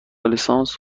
لیسانس